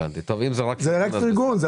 זה רק פרגון.